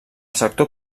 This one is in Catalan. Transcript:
sector